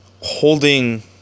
holding